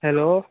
hello